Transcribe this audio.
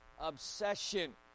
obsession